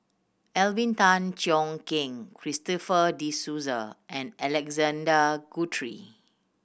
Alvin Tan Cheong Kheng Christopher De Souza and Alexander Guthrie